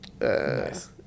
Nice